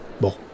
Bon